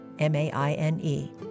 m-a-i-n-e